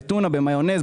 במיונז,